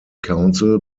council